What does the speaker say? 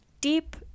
deep